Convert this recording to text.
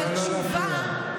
בקמפיין.